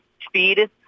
speed